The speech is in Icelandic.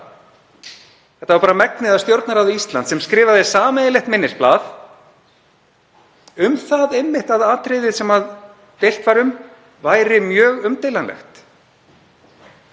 Það var bara megnið af Stjórnarráði Íslands sem skrifaði sameiginlegt minnisblað einmitt um að atriðið sem deilt var um væri mjög umdeilanlegt.